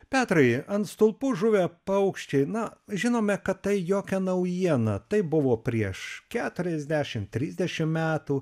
petrai ant stulpų žuvę paukščiai na žinome kad tai jokia naujiena taip buvo prieš keturiasdešim trisdešim metų